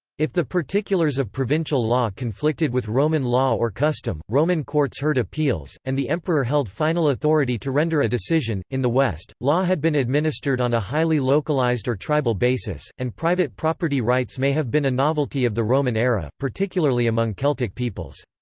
if the particulars of provincial law conflicted with roman law or custom, roman courts heard appeals, and the emperor held final authority to render a decision in the west, law had been administered on a highly localized or tribal basis, and private property rights may have been a novelty of the roman era, particularly among celtic peoples.